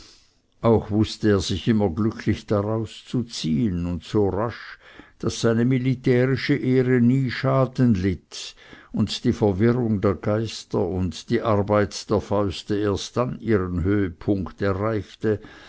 auch wußte er sich immer glücklich daraus zu ziehen und so rasch daß seine militärische ehre nie schaden litt und die verwirrung der geister und die arbeit der fäuste erst dann ihren höhepunkt erreichte